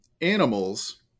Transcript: animals